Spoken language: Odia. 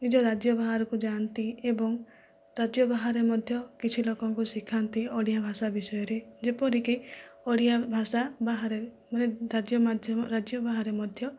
ନିଜ ରାଜ୍ୟ ବାହାରକୁ ଯାଆନ୍ତି ଏବଂ ରାଜ୍ୟ ବାହାରେ ମଧ୍ୟ କିଛି ଲୋକଙ୍କୁ ଶିଖାନ୍ତି ଓଡ଼ିଆ ଭାଷା ବିଷୟରେ ଯେପରିକି ଓଡ଼ିଆ ଭାଷା ବାହାରେ ମାନେ ରାଜ୍ୟ ବାହାରେ ମଧ୍ୟ